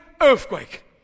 earthquake